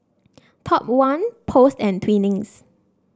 Top One Post and Twinings